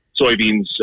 soybeans